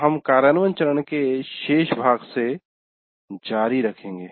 हम कार्यान्वयन चरण के शेष भाग से जारी रखेंगे